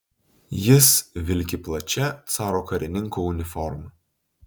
jis vilki plačia caro karininko uniforma